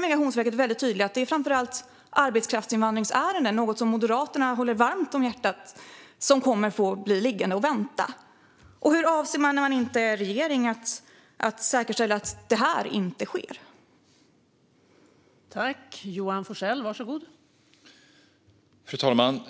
Migrationsverket är tydligt med att det gäller arbetskraftsinvandringsärenden. Detta är något som ligger Moderaterna varmt om hjärtat, men dessa ärenden kommer att få ligga och vänta. Och hur avser Moderaterna att säkerställa att detta inte sker om man inte utgör regering?